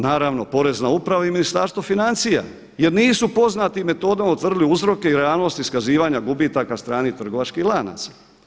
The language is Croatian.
Naravno Porezna uprava i Ministarstvo financija jer nisu poznatim metodama utvrdili uzroke i realnost iskazivanja gubitaka stranih trgovačkih lanaca.